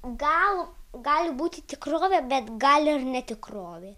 gal gali būti tikrovė bet gali ir ne tikrovė